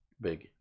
big